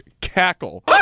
cackle